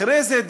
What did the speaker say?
אחרי זה,